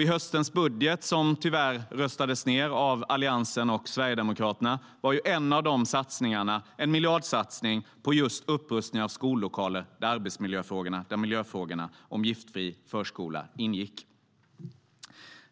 I höstens budget - som tyvärr röstades ned av Alliansen och Sverigedemokraterna - var en av satsningarna en miljardsatsning på just upprustning av skollokalerna där arbetsmiljöfrågorna och miljöfrågan om en giftfri förskola ingick.